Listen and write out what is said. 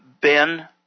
Ben